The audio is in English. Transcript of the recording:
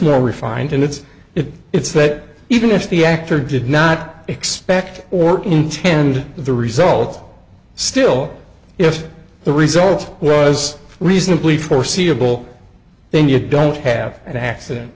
more refined it's if it's that even if the actor did not expect or intended the result still if the result was reasonably foreseeable then you don't have an accident